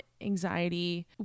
anxiety